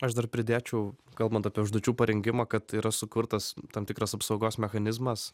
aš dar pridėčiau kalbant apie užduočių parengimą kad yra sukurtas tam tikras apsaugos mechanizmas